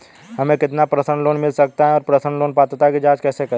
हमें कितना personal loan मिल सकता है और पर्सनल लोन पात्रता की जांच कैसे करें?